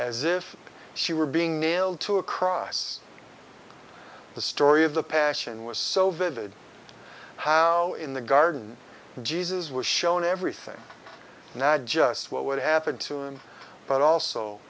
as if she were being nailed to a cross the story of the passion was so vivid how in the garden jesus was shown everything and just what would happen to him but also